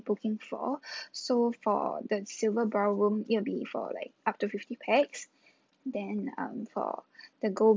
booking for so for the silver ballroom it will be for like up to fifty pax then um for the gold